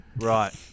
right